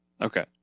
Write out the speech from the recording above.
Okay